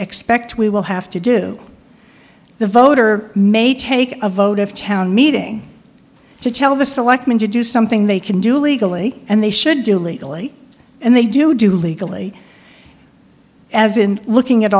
expect we will have to do the voter may take a vote of town meeting to tell the selectmen to do something they can do legally and they should do legally and they do do legally as in looking at